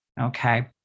Okay